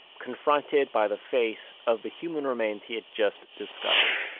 confronted by the face of the human remains he had just discovered.